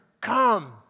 come